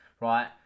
right